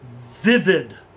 vivid